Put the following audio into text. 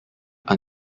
are